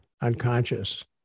unconscious